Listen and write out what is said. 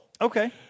okay